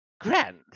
Grand